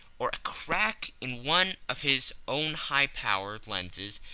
or a crack in one of his own high-power lenses,